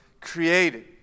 created